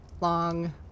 long